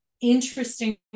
interesting